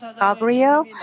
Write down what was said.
Gabriel